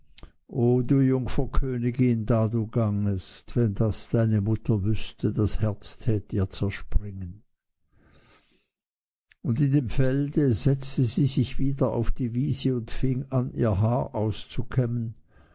o du jungfer königin da du gangest wenn das deine mutter wüßte ihr herz tät ihr zerspringen und in dem feld setzte sie sich wieder auf die wiese und fing an ihr haar auszukämmen